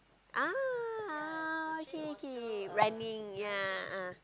ah okay okay running ya ah